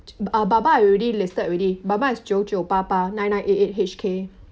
uh baba I already listed already baba is 九九八八 nine nine eight eight H_K